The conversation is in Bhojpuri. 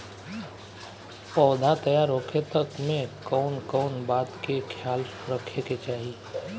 पौधा तैयार होखे तक मे कउन कउन बात के ख्याल रखे के चाही?